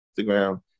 Instagram